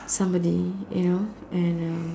somebody you know and uh